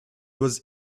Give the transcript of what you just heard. was